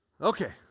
Okay